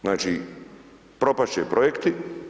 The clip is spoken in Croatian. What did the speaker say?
Znači, propast će projekti.